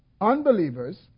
unbelievers